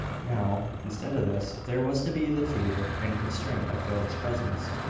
now, instead of this, there was to be the fear and constraint of philip's presence,